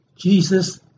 Jesus